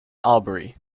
albury